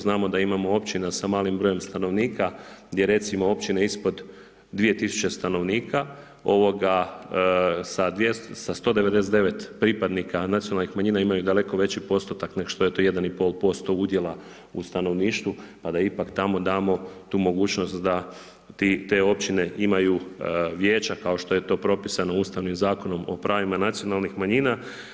Znamo da imamo općina sa malim brojem stanovnika, gdje recimo općine ispod 2000 stanovnika, sa 199 pripadnika nacionalnih manjina imaju daleko veći postotak nego što je to 1,5% udjela u stanovništvu, pa da ipak tamo damo tu mogućnost da te općine imaju vijeća, kao što je to propisano ustavnim Zakonom o pravima nacionalnih manjina.